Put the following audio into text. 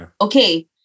okay